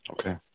Okay